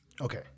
Okay